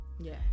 yes